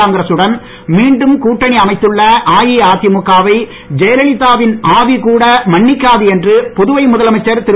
காங்கிரசுடன் மீண்டும் கூட்டணி அமைத்துள்ள அஇஅதிமுக வை ஜெயலலிதா வின் ஆவி கூட மன்னிக்காது என்று புதுவை முதலமைச்சர் திரு